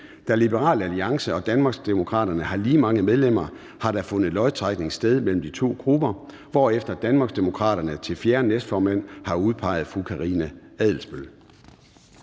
Da Liberal Alliance og Danmarksdemokraterne har lige mange medlemmer, har der fundet lodtrækning sted mellem de to grupper, hvorefter Danmarksdemokraterne til fjerde næstformand har udpeget Karina Adsbøl.